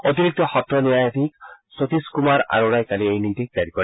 অতিৰিক্ত সত্ৰ ন্যায়াধীশ সতীশ কুমাৰ আৰোৰাই কালি এই নিৰ্দেশ জাৰি কৰে